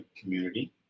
Community